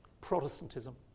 Protestantism